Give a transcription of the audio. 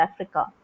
Africa